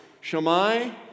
Shammai